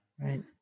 Right